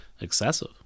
excessive